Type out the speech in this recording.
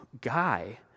guy